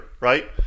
right